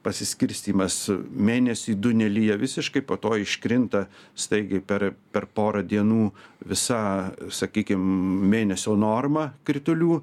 pasiskirstymas mėnesį du nelyja visiškai visiškai po to iškrinta staigiai per per porą dienų visa sakykim mėnesio norma kritulių